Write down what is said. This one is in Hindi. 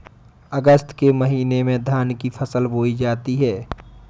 अगस्त के महीने में धान की फसल बोई जाती हैं